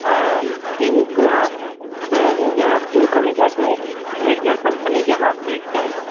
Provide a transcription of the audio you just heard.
हँ फ्रिज जे अछि ओहिमे दू सए लीटरके हाइयर कम्पनीके हमरा फ्रीज चाही